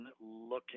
looking